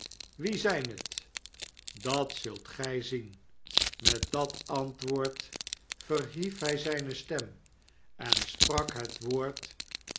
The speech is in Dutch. wie zp het dat zult gg zien met dat antwoord verhief hfi zijne stem en sprak het woord